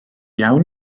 iawn